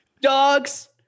Dogs